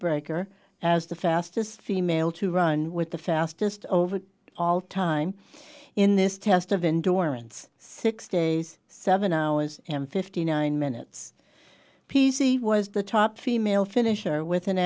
breaker as the fastest female to run with the fastest over all time in this test of endurance six days seven hours and fifty nine minutes p c was the top female finisher with an